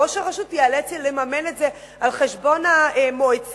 ראש הרשות ייאלץ לממן את זה על-חשבון המועצה,